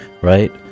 Right